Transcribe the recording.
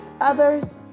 others